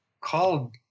called